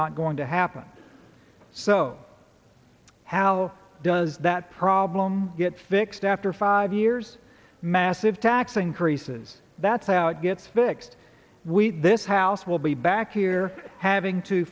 not going to happen so how does that problem get fixed after five years massive tax increases that's how it gets fixed we this house will be back here having to